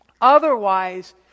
Otherwise